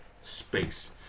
space